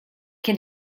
che